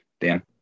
Dan